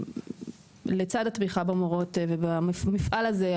לצד התמיכה במורות ובמפעל הזה,